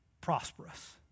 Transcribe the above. prosperous